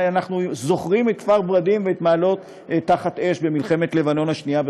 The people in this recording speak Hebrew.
אנחנו זוכרים את כפר ורדים ואת מעלות תחת אש במלחמת לבנון השנייה,